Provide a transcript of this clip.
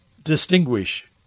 distinguish